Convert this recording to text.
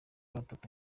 batatu